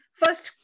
first